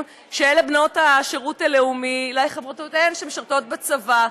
של בנות השירות הלאומי לאלה של חברותיהן שמשרתות בצבא,